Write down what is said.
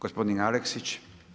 Gospodin Alekić.